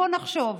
בואו נחשוב: